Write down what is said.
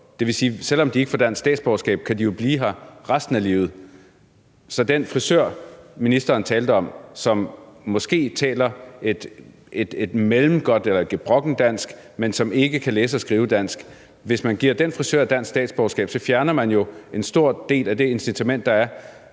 Det vil sige, at selv om de ikke får dansk statsborgerskab, kan de jo blive her resten af livet. Så i forhold til den frisør, ministeren talte om, og som måske taler et mellemgodt eller et gebrokkent dansk, men som ikke kan læse og skrive dansk: Hvis man giver den frisør dansk statsborgerskab, fjerner man jo en stor del af det incitament, der er